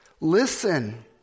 Listen